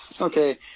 okay